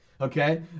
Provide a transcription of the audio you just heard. okay